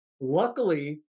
luckily